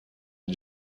این